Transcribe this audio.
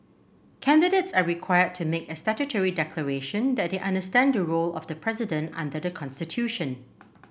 candidates are required to make a statutory declaration that they understand the role of the president under the constitution